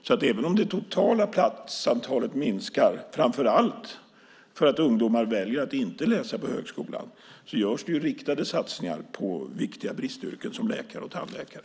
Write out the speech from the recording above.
Så även om det totala platsantalet minskar, framför allt för att ungdomar väljer att inte läsa på högskolan, görs det riktade satsningar på viktiga bristyrken som läkare och tandläkare.